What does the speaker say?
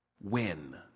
Win